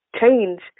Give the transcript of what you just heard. change